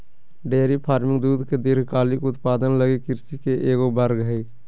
dairy farming दूध के दीर्घकालिक उत्पादन लगी कृषि के एगो वर्ग हइ